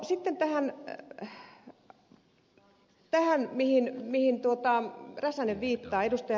sitten tämä mihin ed